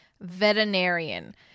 veterinarian